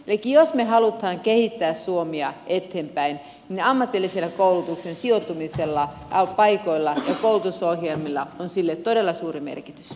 elikkä jos me haluamme kehittää suomea eteenpäin niin ammatillisen koulutuksen sijoittumisella paikoilla ja koulutusohjelmilla on sille todella suuri merkitys